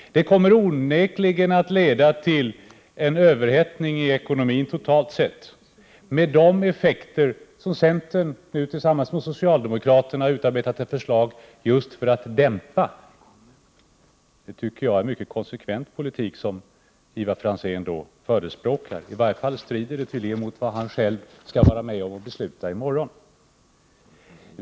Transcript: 1988/89:129 dock onekligen leda till en överhettning i ekonomin totalt sett. Det skulle bli 6 juni 1989 effekten av det förslag som centern har utarbetat tillsammans med socialdemokraterna och som i stället syftar till en dämpning. Det är en mycket inkonsekvent politik som Ivar Franzén förespråkar — i varje fall strider det som han här säger mot det som morgondagens beslut gäller.